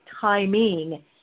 timing